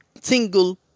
single